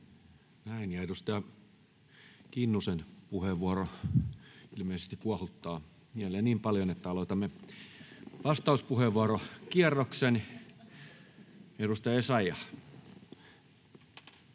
Näin. — Edustaja Kinnusen puheenvuoro ilmeisesti kuohuttaa mieliä niin paljon, että aloitamme vastauspuheenvuorokierroksen. — Edustaja